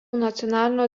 nacionalinio